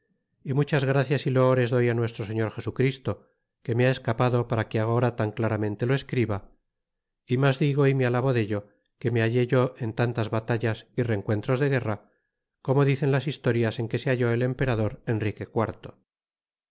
y muchas gracias y loores doy nuestro señor jesu christo que me ha escapado para que agora tan claramente lo escriba é mas digo é me alabo dello que me hallé yo en tantas batallas y rencuentros de guerra como dicen las historias en que se halló el emperador